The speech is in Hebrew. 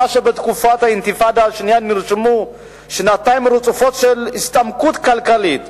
בתקופת האינתיפאדה השנייה נרשמו שנתיים רצופות של הצטמקות כלכלית.